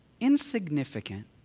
Insignificant